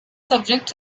subjects